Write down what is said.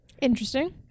Interesting